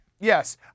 Yes